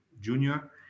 junior